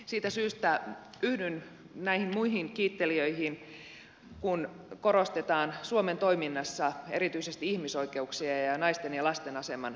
siitä syystä yhdyn näihin muihin kiittelijöihin kun suomen toiminnassa korostetaan erityisesti ihmisoikeuksia ja naisten ja lasten aseman parantamista